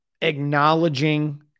acknowledging